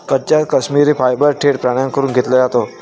कच्चा काश्मिरी फायबर थेट प्राण्यांकडून घेतला जातो